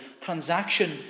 transaction